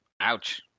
Ouch